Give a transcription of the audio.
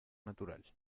natural